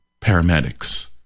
Paramedics